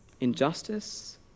injustice